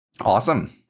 Awesome